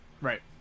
Right